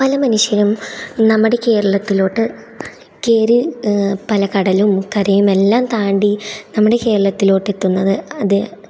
പല മനുഷ്യരും നമ്മുടെ കേരളത്തിലോട്ട് കയറി പല കടലും കരയുമെല്ലാം താണ്ടി നമ്മുടെ കേരളത്തിലോട്ടെത്തുന്നത് അത്